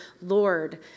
Lord